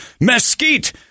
Mesquite